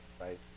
right